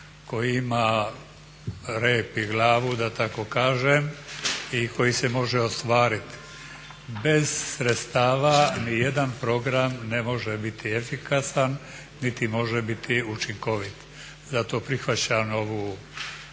koji ima rep i glavu da tako kažem i koji se može ostvariti. Bez sredstava niti jedan program ne može biti efikasan niti može biti učinkovit. Zato prihvaćam ovu